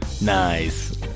Nice